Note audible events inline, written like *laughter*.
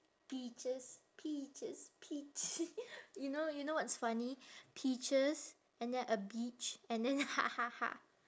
peaches peaches peach *noise* you know you know what's funny peaches and then a beach and then ha ha ha